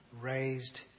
raised